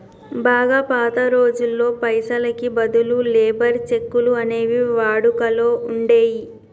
బాగా పాత రోజుల్లో పైసలకి బదులు లేబర్ చెక్కులు అనేవి వాడుకలో ఉండేయ్యి